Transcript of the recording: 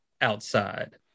outside